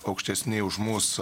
aukštesni už mus